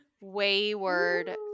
wayward